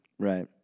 Right